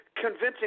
Convincing